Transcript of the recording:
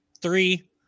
Three